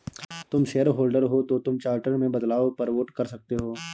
तुम शेयरहोल्डर हो तो तुम चार्टर में बदलाव पर वोट कर सकते हो